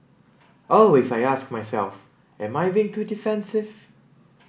always I ask myself am I being too defensive